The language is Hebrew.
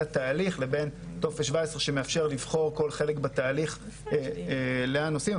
התהליך לבין טופס 17 שמאפשר לבחור כל חלק בתהליך לאן נוסעים.